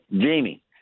Jamie